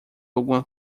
alguma